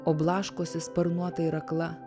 o blaškosi sparnuota ir akla